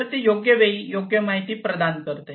तर ती योग्य वेळी योग्य माहिती प्रदान करते